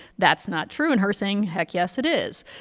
that's not true, and her saying, heck yes, it is.